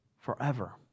forever